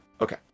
Okay